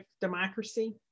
democracy